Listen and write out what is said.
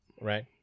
Right